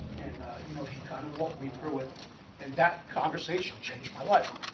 you know he kind of walked me through it and that conversation changed my life